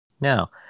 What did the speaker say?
Now